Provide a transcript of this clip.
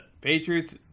Patriots